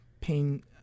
Pain